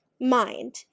mind